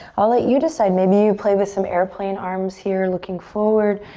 i'll let you decide, maybe you play with some airplane arms here. looking forward.